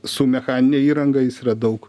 su mechanine įranga jis yra daug